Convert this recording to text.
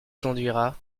conduira